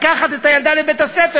לקחת את הילדה לבית-הספר,